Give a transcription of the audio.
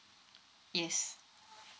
yes